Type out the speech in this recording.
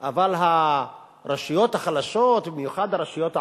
אבל הרשויות החלשות, במיוחד הרשויות הערביות,